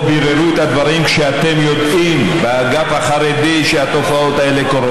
וזהבה, ועליזה, ועאידה, ואכן, זה יום גדול.